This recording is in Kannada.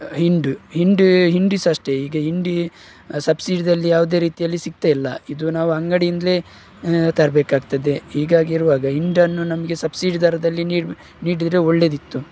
ಹಿಂಡಿ ಹಿಂಡಿ ಹಿಂಡಿ ಸಹ ಅಷ್ಟೆ ಈಗ ಹಿಂಡಿ ಸಬ್ಸಿಡಿದಲ್ಲಿ ಯಾವುದೆ ರೀತಿಯಲ್ಲಿ ಸಿಗ್ತಾಯಿಲ್ಲ ಇದು ನಾವು ಅಂಗಡಿಯಿಂದಲೆ ತರಬೇಕಾಗ್ತದೆ ಹೀಗಾಗಿರುವಾಗ ಹಿಂಡನ್ನು ನಮಗೆ ಸಬ್ಸಿಡಿ ದರದಲ್ಲಿ ನೀಡಿ ನೀಡಿದರೆ ಒಳ್ಳೆದಿತ್ತು